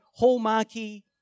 hallmarky